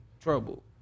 trouble